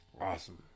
Awesome